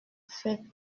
fait